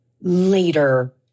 later